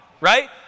right